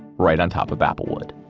right on top of applewood